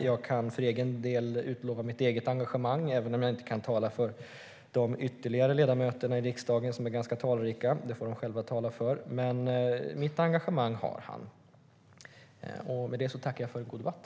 Jag kan för egen del utlova engagemang, även om jag inte kan tala för de ytterligare ledamöterna i riksdagen, som är ganska talrika. De får tala för sig själva. Men mitt engagemang har statsrådet. Med detta tackar jag för en god debatt.